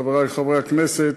חברי חברי הכנסת,